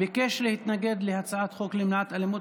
ביקש להתנגד להצעת חוק למניעת אלימות